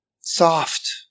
soft